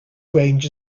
range